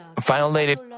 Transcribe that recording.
violated